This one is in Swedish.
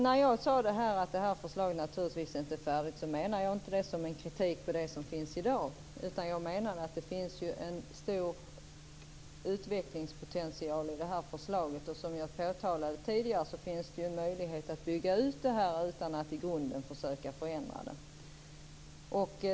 När jag sade att förslaget naturligtvis inte är färdigt menade jag inte det som kritik mot det som finns i dag. Jag menade att det finns en stor utvecklingspotential i förslaget. Som jag påtalade tidigare finns det en möjlighet att bygga ut detta utan att i grunden förändra det.